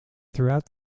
throughout